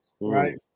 Right